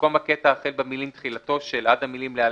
במקום הקטע החל במילים "תחילתו של" עד המילים "(להלן,